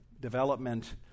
development